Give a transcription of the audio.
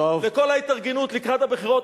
לכל ההתארגנות לקראת הבחירות.